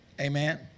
amen